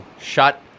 Shut